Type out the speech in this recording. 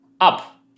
Up